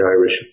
Irish